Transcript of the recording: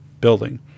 building